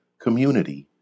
community